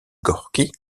gorki